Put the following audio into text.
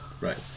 Right